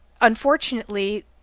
unfortunately